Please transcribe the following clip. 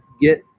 get